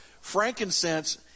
Frankincense